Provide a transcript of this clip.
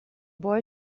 boy